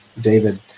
David